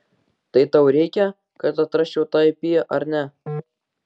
tai tau reikia kad atrasčiau tą ip ar ne